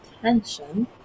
attention